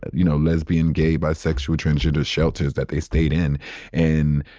you know, lesbian, gay, bisexual, transgender shelters that they stayed in and,